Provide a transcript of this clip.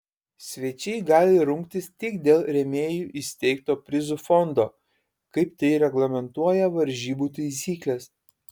svečiai gali rungtis tik dėl rėmėjų įsteigto prizų fondo kaip tai reglamentuoja varžybų taisyklės